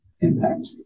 impact